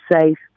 safe